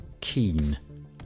keen